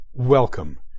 Welcome